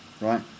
right